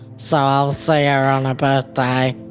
so i'll see ah her on her birthday.